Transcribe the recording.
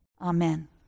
Amen